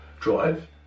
drive